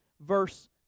verse